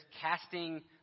casting